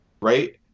right